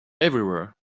everywhere